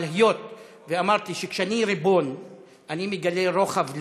אבל היות שאמרתי שכשאני ריבון אני מגלה רוחב לב,